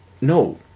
No